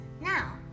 Now